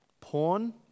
porn